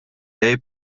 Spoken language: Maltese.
dei